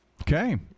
Okay